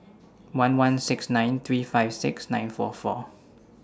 one one six nine three five six nine four four